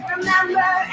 Remember